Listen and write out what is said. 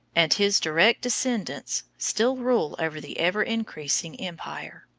and his direct descendants still rule over the ever-increasing empire.